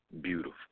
beautiful